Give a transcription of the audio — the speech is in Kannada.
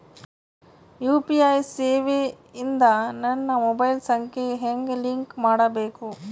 ಯು.ಪಿ.ಐ ಸೇವೆ ಇಂದ ನನ್ನ ಮೊಬೈಲ್ ಸಂಖ್ಯೆ ಹೆಂಗ್ ಲಿಂಕ್ ಮಾಡಬೇಕು?